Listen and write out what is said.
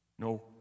No